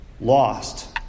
lost